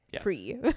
free